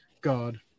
God